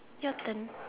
your turn